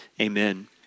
Amen